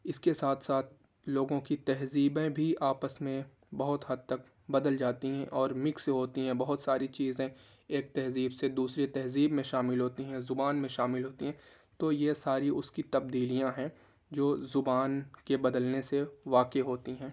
اس کے ساتھ ساتھ لوگوں کی تہذیبیں بھی آپس میں بہت حد تک بدل جاتی ہیں اور مکس ہوتی ہیں بہت ساری چیزیں ایک تہذیب سے دوسری تہذیب میں شامل ہوتی ہیں زبان میں شامل ہوتی ہیں تو یہ ساری اس کی تبدیلیاں ہیں جو زبان کے بدلنے سے واقع ہوتی ہیں